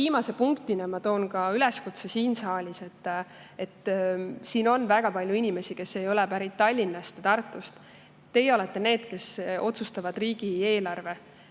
viimase punktina ma teen siin saalis üleskutse. Siin on väga palju inimesi, kes ei ole pärit Tallinnast ja Tartust. Teie olete need, kes otsustavad riigieelarve,